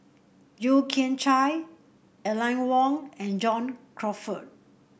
Yeo Kian Chye Aline Wong and John Crawfurd